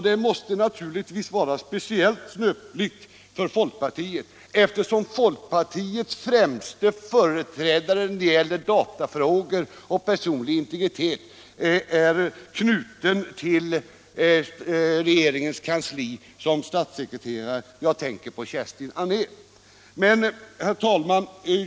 Det måste naturligtvis vara speciellt snöpligt för folkpartiet, eftersom dess främsta företrädare när det gäller datafrågor och personlig integritet är knuten till regeringens kansli som statssekreterare; jag tänker på Kerstin Anér. Herr talman!